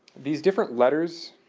these different letters,